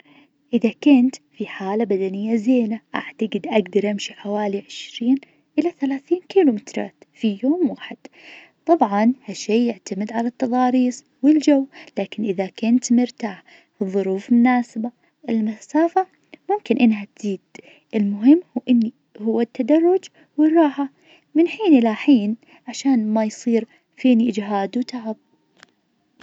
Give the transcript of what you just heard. إذا كنت في حالة بدنية زينة أعتقد أقدر أمشي حوالي عشرين إلى ثلاثين كيلو مترات في يوم واحد. طبعا ها الشي يعتمد على التضاريس والجو لكن إذا كنت مرتاح والظروف مناسبة المسافة ممكن إنها تزيد. المهم هو إني- هو التدرج والراحة من حين إلى حين عشان ما يصير فيني إجهاد وتعب.